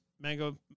Mango